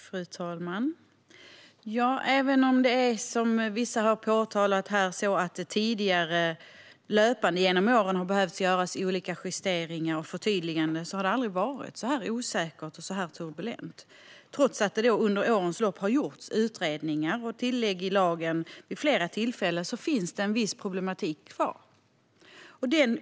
Fru talman! Även om det är så som vissa här har påpekat, att man tidigare och löpande genom åren har behövt göra olika justeringar och förtydliganden, har det aldrig varit så här osäkert och turbulent. Trots att det under årens lopp vid flera tillfällen har gjorts utredningar och tillägg i lagen finns en viss problematik kvar.